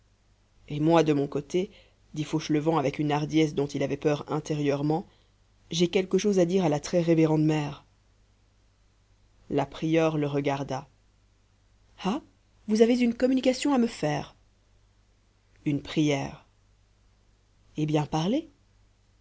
et moi de mon côté dit fauchelevent avec une hardiesse dont il avait peur intérieurement j'ai quelque chose à dire à la très révérende mère la prieure le regarda ah vous avez une communication à me faire une prière eh bien parlez